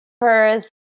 first